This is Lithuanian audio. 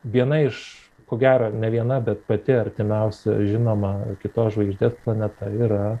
viena iš ko gero ne viena bet pati artimiausia žinoma kitos žvaigždės planeta yra